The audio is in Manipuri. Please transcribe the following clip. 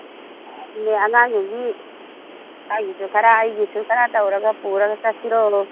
ꯑꯗꯨꯅꯤ ꯑꯉꯥꯡ ꯅꯨꯄꯤ ꯅꯪꯒꯤꯁꯨ ꯈꯔ ꯑꯩꯒꯤꯁꯨ ꯈꯔ ꯄꯨꯔꯒ ꯆꯠꯁꯤꯔꯣ